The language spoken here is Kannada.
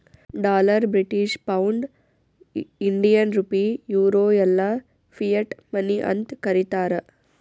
dollar, British pound, Indian rupee, euro ಎಲ್ಲಾ ಫಿಯಟ್ ಮನಿ ಅಂತ್ ಕರೀತಾರ